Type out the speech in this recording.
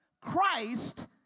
Christ